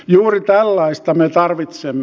juuri tällaista me tarvitsemme